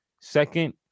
Second